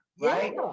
Right